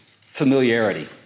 familiarity